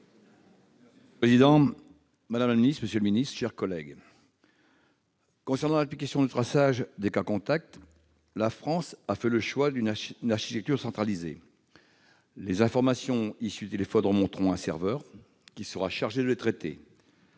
sceaux, madame, monsieur les secrétaires d'État, mes chers collègues, concernant l'application de traçage des cas contacts, la France a fait le choix d'une architecture centralisée. Les informations issues des téléphones remonteront à un serveur, qui sera chargé de les traiter,